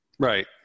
Right